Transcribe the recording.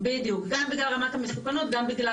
בדיוק, גם בגלל רמת המסוכנות וגם בגלל